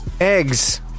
Eggs